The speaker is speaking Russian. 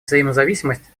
взаимозависимость